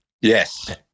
Yes